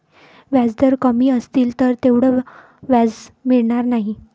व्याजदर कमी असतील तर तेवढं व्याज मिळणार नाही